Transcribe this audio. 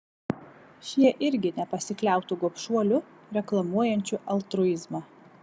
šie irgi nepasikliautų gobšuoliu reklamuojančiu altruizmą